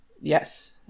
Yes